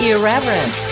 Irreverent